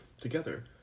together